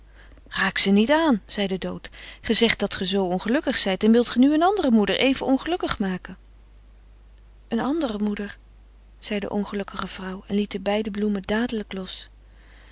raak ze niet aan zei de dood ge zegt dat ge zoo ongelukkig zijt en wilt ge nu een andere moeder even ongelukkig maken een andere moeder zei de ongelukkige vrouw en liet de beide bloemen dadelijk los